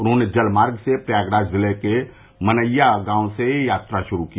उन्होंने जल मार्ग से प्रयागराज जिले के मनइया गांव से यात्रा शुरू की